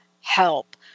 help